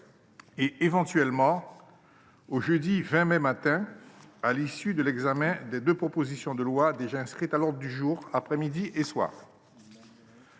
et, éventuellement, au jeudi 20 mai matin, à l'issue de l'examen des deux propositions de loi déjà inscrites à l'ordre du jour, après-midi et soir